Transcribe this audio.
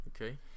Okay